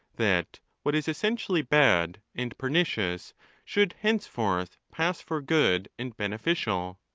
that what is essentially bad and pernicious should henceforth pass for good and beneficial?